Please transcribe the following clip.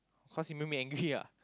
cause he made me angry ah